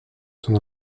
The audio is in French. son